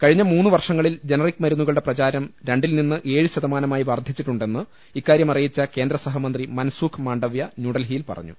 കഴിഞ്ഞ മൂന്നു വർഷങ്ങളിൽ ജനറിക് മരുന്നുകളുടെ പ്രചാരം രണ്ടിൽ നിന്ന് ഏഴ് ശതമാനമായി വർദ്ധിച്ചിട്ടുണ്ടെന്ന് ഇക്കാര്യമറിയിച്ച കേന്ദ്രസഹമന്ത്രി മൻസൂഖ് മാണ്ഡവ്യ ന്യൂഡൽഹിയിൽ പറ ഞ്ഞു